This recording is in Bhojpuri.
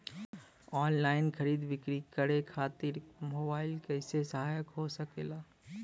ऑनलाइन खरीद बिक्री बदे मोबाइल कइसे सहायक हो सकेला?